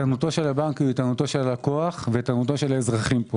איתנותו של הבנק הוא איתנותו של הלקוח ואיתנותם של האזרחים פה,